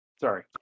Sorry